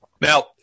Now